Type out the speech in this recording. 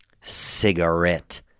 Cigarette